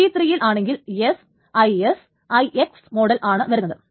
T3 യിൽ ആണെങ്കിൽ S IS IX മോഡാണ് വരുന്നത്